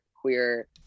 queer